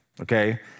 okay